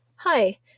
Hi